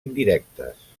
indirectes